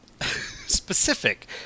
specific